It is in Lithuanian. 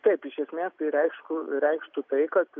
taip iš esmės tai reišku reikštų tai kad